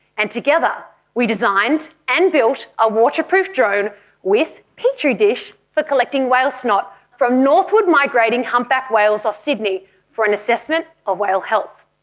and together we designed and built a waterproof drone with petri dish for collecting whale snot from northward migrating humpback whales off sydney for an assessment of whale health.